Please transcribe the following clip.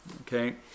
Okay